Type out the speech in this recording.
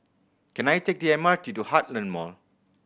can I take the M R T to Heartland Mall